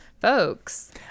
folks